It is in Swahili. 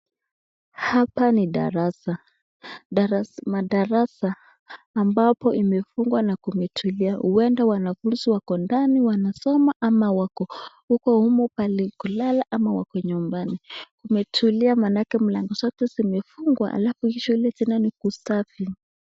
Hapa ni darasa. Madarasa ambapo imefungwa na imetulia huenda wanafunzi wako ndani wanasoma ama wako huko humu pahali wanakolala ama wako nyumbani. Pametulia maanake milango zote zimefungwa halafu shule tena ni kusafi.